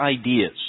ideas